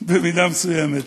במידה מסוימת.